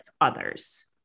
others